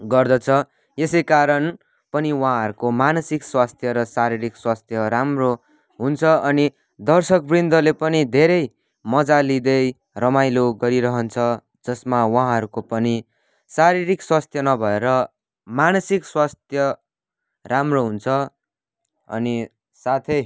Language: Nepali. गर्दछ यसै कारण पनि उहाँहरूको मानसिक स्वास्थ्य र शारीरिक स्वास्थ्य राम्रो हुन्छ अनि दर्शकवृन्दले पनि धेरै मजा लिँदै रमाइलो गरिरहन्छ जसमा उहाँहरूको पनि शारीरिक स्वास्थ्य नभएर मानसिक स्वास्थ्य राम्रो हुन्छ अनि साथै